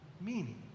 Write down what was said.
meaning